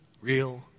real